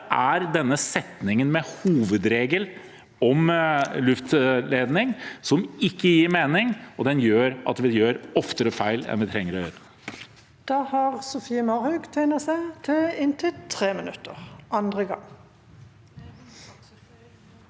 Det er den setningen med hovedregel om luftledning som ikke gir mening, og den gjør at vi oftere gjør feil enn vi trenger å gjøre.